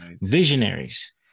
Visionaries